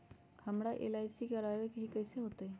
हमरा एल.आई.सी करवावे के हई कैसे होतई?